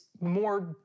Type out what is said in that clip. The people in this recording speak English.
more